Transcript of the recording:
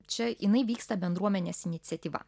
čia jinai vyksta bendruomenės iniciatyva